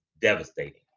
devastating